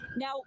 Now